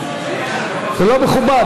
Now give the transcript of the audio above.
זה לא מכובד.